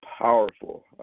powerful